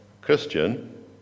Christian